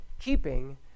keeping